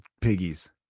piggies